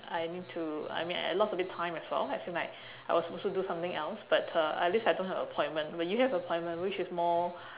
I need to I mean I lost a bit time as well as in like I was supposed to do something else but uh at least I don't have appointment where you have appointment which is more